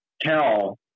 tell